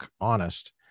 honest